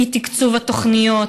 אי-תקצוב התוכניות,